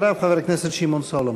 אחריו, חבר הכנסת שמעון סולומון.